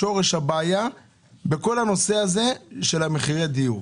שורש הבעיה בכל הנושא של מחירי הדיור.